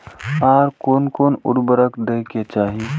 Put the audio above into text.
आर कोन कोन उर्वरक दै के चाही?